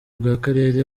bw’akarere